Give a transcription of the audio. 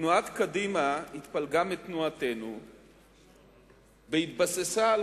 תנועת קדימה התפלגה מתנועתנו בהתבססה על